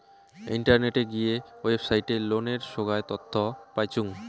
ইন্টারনেটে গিয়ে ওয়েবসাইটে লোনের সোগায় তথ্য পাইচুঙ